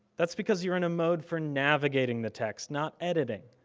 that's because you're in a mode for navigating the text, not editing.